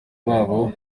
babo